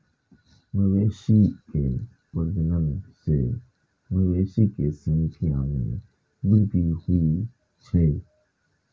मवेशी के प्रजनन सं मवेशी के संख्या मे वृद्धि होइ छै